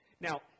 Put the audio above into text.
Now